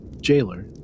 jailer